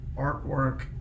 artwork